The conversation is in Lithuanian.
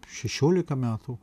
šešiolika metų